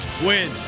Win